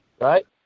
right